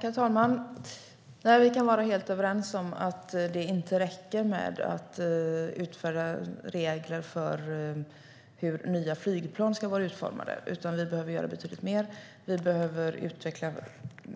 Herr talman! Vi kan vara helt överens om att det inte räcker med att utfärda regler för hur nya flygplan ska vara utformade, utan vi behöver göra betydligt mer. Vi behöver utveckla